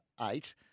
eight